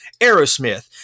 Aerosmith